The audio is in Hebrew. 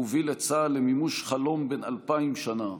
הוא הוביל את צה"ל למימוש חלום בן אלפיים שנה: